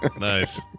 nice